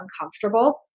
uncomfortable